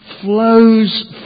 flows